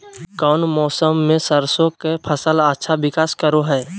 कौन मौसम मैं सरसों के फसल अच्छा विकास करो हय?